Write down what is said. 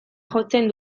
jotzen